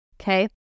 okay